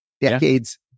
decades